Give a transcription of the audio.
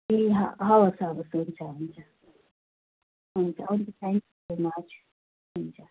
ए ह हवस् हवस् हुन्छ हुन्छ हुन्छ हुन्छ थ्याङ्क यू सो मच हुन्छ